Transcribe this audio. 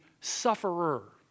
sufferer